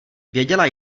věděla